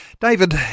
David